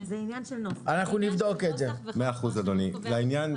זה עניין של נוסח --- אבל אני אבדוק --- אתה יודע,